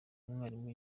umwarimu